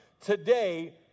today